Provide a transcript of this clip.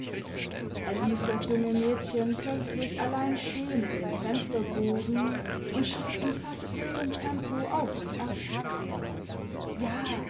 er ließ das junge mädchen plötzlich allein stehen in dem fensterbogen und schritt in fast wildem tempo auf und ab ja